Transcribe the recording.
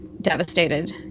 devastated